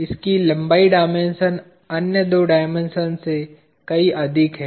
इसका लंबाई डायमेंशन अन्य दो डायमेंशन से कहीं अधिक है